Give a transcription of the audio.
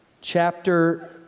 chapter